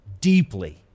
deeply